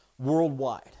worldwide